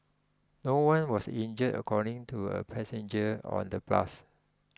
no one was injured according to a passenger on the bus